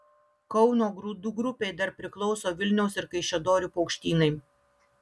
kauno grūdų grupei dar priklauso vilniaus ir kaišiadorių paukštynai